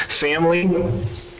family